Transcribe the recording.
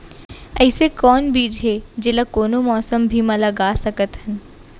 अइसे कौन बीज हे, जेला कोनो मौसम भी मा लगा सकत हन?